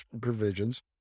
provisions